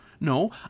No